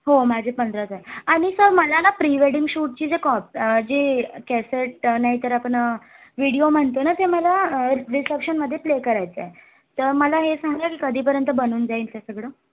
हो माझी पंधरा तारीख आणि सर मला ना प्री वेंडिंग शूटची जी कॉप जी कॅसेट नाहीतर आपण विडीओ म्हणतो ना ते मला रिसेप्शनमध्ये प्ले करायचं आहे तर मला हे सांगा की कधीपर्यंत बनून जाईल हे सगळं